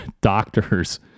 doctors